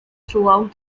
throughout